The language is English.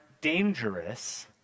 dangerous